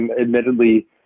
admittedly